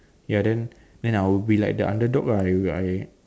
ya then then I will be like the underdog lah I I